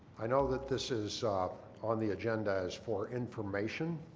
i know that this is on the agenda as for information,